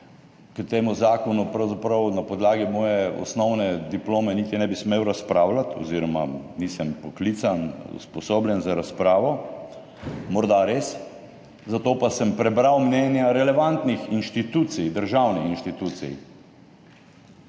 k temu zakonu pravzaprav na podlagi moje osnovne diplome niti ne bi smel razpravljati oziroma nisem poklican, usposobljen za razpravo. Morda res, zato pa sem prebral mnenja relevantnih institucij, državnih inštitucij.